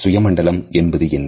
ஆகையால் சுய மண்டலம் என்பது என்ன